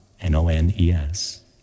N-O-N-E-S